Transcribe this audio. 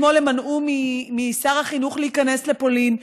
אתמול הם מנעו משר החינוך להיכנס לפולין,